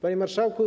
Panie Marszałku!